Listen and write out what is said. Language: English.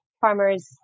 farmers